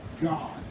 God